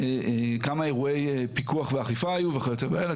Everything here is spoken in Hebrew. כמה אירועי פיקוח ואכיפה היו וכיוצא באלה.